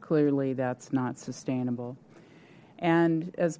clearly that's not sustainable and as